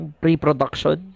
pre-production